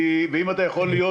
ואם אתה יכול להיות